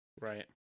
Right